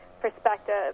perspective